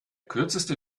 kürzeste